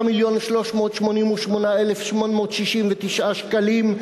5 מיליון ו-388,869 שקלים,